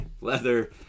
leather